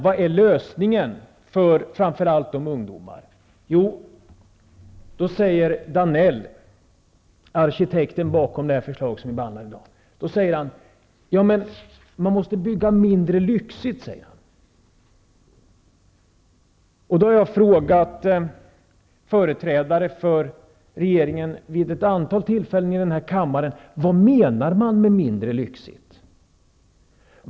Vad är lösningen för framför allt ungdomar? Jo, då säger Danell, arkitekten bakom det förslag som vi behandlar i dag: Man måste bygga mindre lyxigt. Jag har frågat företrädare för regeringen vid ett antal tillfällen i den här kammaren: Vad menar man med mindre lyxigt?